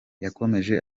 yakomeje